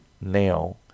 now